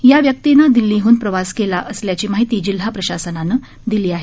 या व्यक्तीनं दिल्लीहन प्रवास केला आल्याची माहिती जिल्हा प्रशासनानं दिली आहे